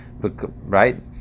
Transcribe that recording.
Right